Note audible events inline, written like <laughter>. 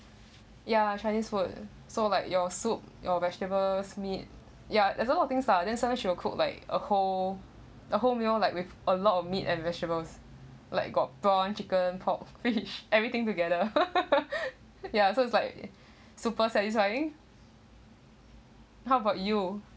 ya chinese food so like your soup your vegetables meat ya there's a lot of things lah then suddenly she will cook like a whole a whole meal like with a lot of meat and vegetables like got prawn chicken pork fish <laughs> everything together <laughs> ya so it's like super satisfying how about you